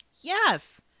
yes